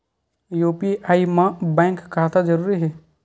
UPI मा bank खाता जरूरी हे?